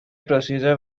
procedures